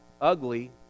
ugly